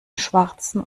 schwarzen